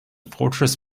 fortress